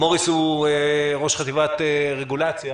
מוריס הוא ראש חטיבת רגולציה.